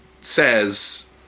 says